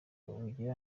bugere